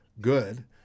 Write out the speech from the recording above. Good